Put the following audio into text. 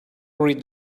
read